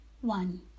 one